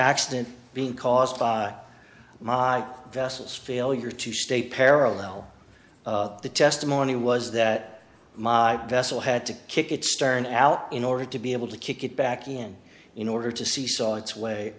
accident being caused by my vessels failure to stay parallel the testimony was that my vessel had to kick its turn out in order to be able to kick it back in in order to see saw its way